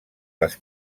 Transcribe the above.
les